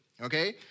okay